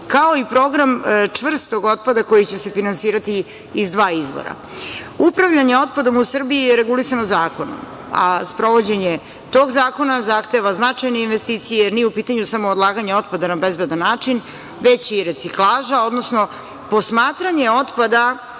kao i program čvrstog otpada, koji će se finansirati iz dva izvora. Upravljanjem otpadom u Srbiji je regulisano zakonom, a sprovođenje tog zakona zahteva značajne investicije, jer nije u pitanju samo odlaganje otpada na bezbedan način, već i reciklaža, odnosno posmatranje otpada,